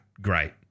great